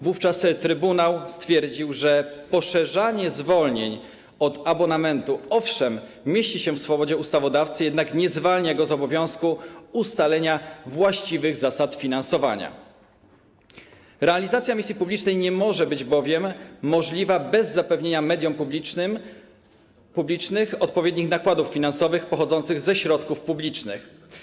Wówczas trybunał stwierdził, że poszerzanie zwolnień od abonamentu, owszem, mieści się w swobodzie działań ustawodawcy, jednak nie zwalnia go z obowiązku ustalenia właściwych zasad finansowania, realizacja misji publicznej nie jest bowiem możliwa bez zapewnienia mediom publicznym odpowiednich nakładów finansowych pochodzących ze środków publicznych.